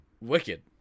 wicked